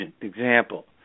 example